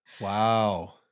Wow